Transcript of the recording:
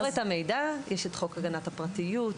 כדי למסור את המידע יש חוק הגנת הפרטיות,